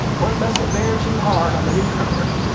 one mustn't bear too hard on the new comers,